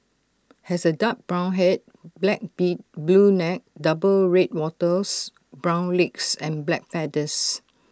has A dark brown Head black beak blue neck double red wattles brown legs and black feathers